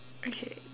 okay